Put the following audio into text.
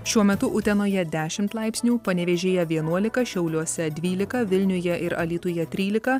šiuo metu utenoje dešimt laipsnių panevėžyje vienuolika šiauliuose dvylika vilniuje ir alytuje trylika